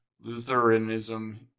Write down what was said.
Lutheranism